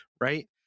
right